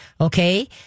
Okay